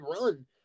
run